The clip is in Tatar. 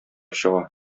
чыга